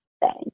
thanks